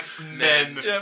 men